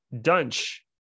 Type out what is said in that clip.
Dunch